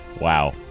Wow